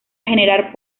generar